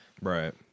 Right